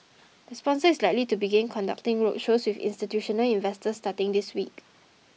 the sponsor is likely to begin conducting roadshows with institutional investors starting this week